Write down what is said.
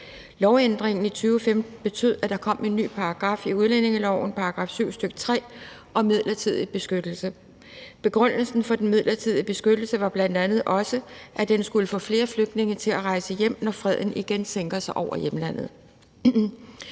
Lovændringen i 2015 betød, at der kom en ny paragraf i udlændingeloven –§ 7, stk. 3 – om midlertidig beskyttelse. Begrundelsen for den midlertidige beskyttelse var bl.a., at den skulle få flere flygtninge til at rejse hjem, når freden igen sænker sig over hjemlandet.